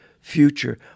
future